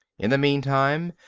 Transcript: in the meantime,